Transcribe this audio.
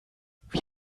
wir